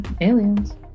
Aliens